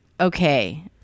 Okay